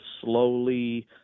slowly